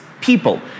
people